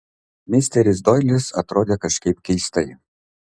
misteris doilis atrodė kažkaip keistai